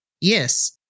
Yes